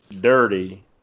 dirty